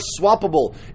swappable